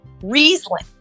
Riesling